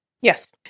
Yes